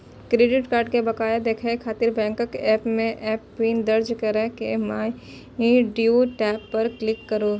credit card के बकाया देखै खातिर बैंकक एप मे एमपिन दर्ज कैर के माइ ड्यू टैब पर क्लिक करू